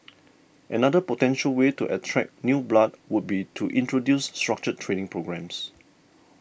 another potential way to attract new blood would be to introduce structured training programmes